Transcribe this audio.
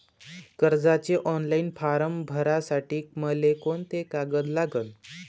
कर्जाचे online form भरासाठी मले कोंते कागद लागन?